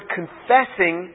confessing